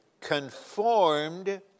conformed